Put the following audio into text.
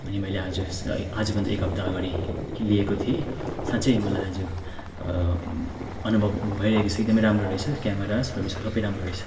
अनि मैले आज आजभन्दा एक हप्ताअगाडि लिएको थिएँ साँच्चै मलाई आज अनुभव भइरहेछ एकदमै राम्रो रहेछ क्यामरा सर्विसहरू सबै राम्रो रहेछ